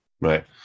right